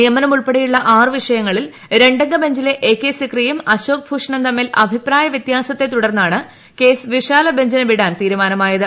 നിയമനം ഉൾപ്പെടെയുള്ള ആറ് വിഷയങ്ങളിൽ രണ്ടംഗ ബഞ്ചിലെ എ കെ സിക്രിയും അശോക് ഭൂഷണും തമ്മിൽ അഭിപ്രായ വ്യത്യാസത്തെ തുടർന്നാണ് കേസ് വിശാല ബഞ്ചിന് വിടാൻ തീരുമാനമായത്